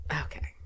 Okay